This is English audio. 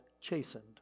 chastened